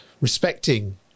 respecting